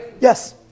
yes